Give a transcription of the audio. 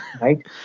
right